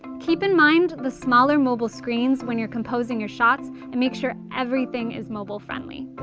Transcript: keep in mind the smaller mobile screens when you're composing your shots and make sure everything is mobile friendly.